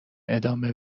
ادامه